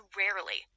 rarely